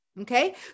okay